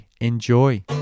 enjoy